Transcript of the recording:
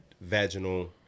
vaginal